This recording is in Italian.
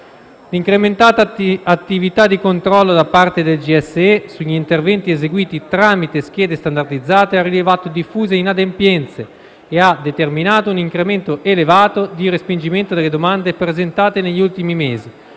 L'incrementata attività di controllo da parte del Gestore dei servizi energetici (GSE) sugli interventi eseguiti tramite schede standardizzate ha rilevato diffuse inadempienze e ha determinato un incremento elevato di respingimento delle domande presentate negli ultimi mesi,